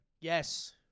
Yes